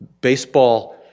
Baseball